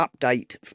update